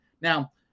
Now